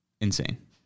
insane